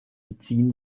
beziehen